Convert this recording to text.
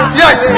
yes